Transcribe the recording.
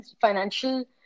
financial